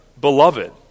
beloved